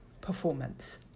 performance